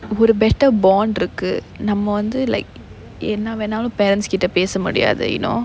would a better bond இருக்கு நம்ம வந்து:irukku namma vanthu like என்ன வேணாலும்:enna venaalum parents கிட்ட பேச முடியாது:kitta pesa mudiyaathu you know